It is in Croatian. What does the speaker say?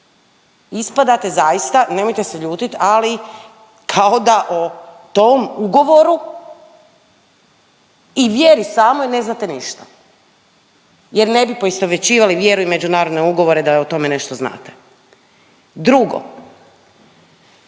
ispadate zaista, nemojte se ljutit, ali kao da o tom ugovoru i vjeri samoj ne znate ništa jer ne bi poistovjećivali vjeru i međunarodne ugovore da o tome nešto znate. Drugo,